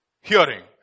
Hearing